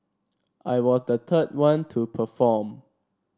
I was the third one to perform